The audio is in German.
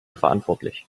verantwortlich